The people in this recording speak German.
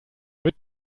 mit